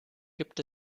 gibt